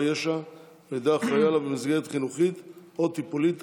ישע על ידי האחראי עליו במסגרת חינוכית או טיפולית),